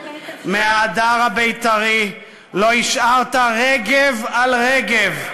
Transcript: מההדר הבית"רי לא השארת רגב על רגב.